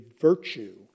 virtue